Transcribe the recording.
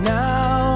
now